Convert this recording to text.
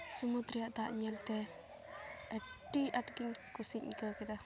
ᱥᱟᱹᱢᱩᱫ ᱨᱮᱭᱟᱜ ᱫᱟᱜ ᱧᱮᱞᱛᱮ ᱟᱹᱰᱤ ᱟᱸᱴᱜᱤᱧ ᱠᱩᱥᱤᱧ ᱟᱹᱭᱠᱟᱹᱣ ᱠᱮᱫᱟ